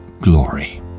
glory